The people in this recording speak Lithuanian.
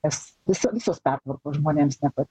nes viso visos pertvarkos žmonėms nepa